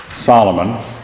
Solomon